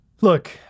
look